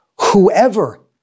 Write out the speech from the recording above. Whoever